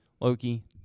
Loki